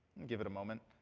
give it a moment.